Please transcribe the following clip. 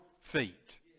feet